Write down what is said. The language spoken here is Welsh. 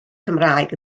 cymraeg